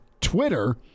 twitter